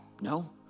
No